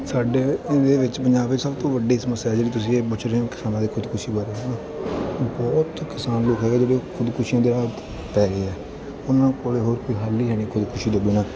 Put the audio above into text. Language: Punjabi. ਸਾਡੇ ਇਹਦੇ ਵਿੱਚ ਪੰਜਾਬ ਵਿੱਚ ਸੱਭ ਤੋਂ ਵੱਡੀ ਸਮੱਸਿਆ ਹੈ ਜਿਹੜੀ ਤੁਸੀਂ ਇਹ ਪੁੱਛ ਰਹੇ ਹੋ ਕਿਸਾਨਾਂ ਦੇ ਖੁਦਕੁਸ਼ੀ ਬਾਰੇ ਹੈ ਨਾ ਬਹੁਤ ਕਿਸਾਨ ਲੋਕ ਹੈਗੇ ਜਿਹੜੇ ਖੁਦਕੁਸ਼ੀਆਂ ਦੇ ਹੱਥ ਪੈ ਗਏ ਹੈ ਉਹਨਾਂ ਕੋਲੇ ਹੋਰ ਕੋਈ ਹੱਲ ਹੀ ਹੈ ਨਹੀਂ ਖੁਦਕੁਸ਼ੀ ਤੋਂ ਬਿਨਾਂ